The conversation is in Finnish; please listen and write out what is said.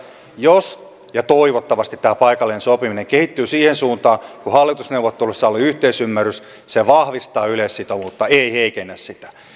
jos ja toivottavasti tämä paikallinen sopiminen kehittyy siihen suuntaan kuin hallitusneuvotteluissa oli yhteisymmärrys se vahvistaa yleissitovuutta ei heikennä sitä